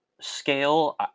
scale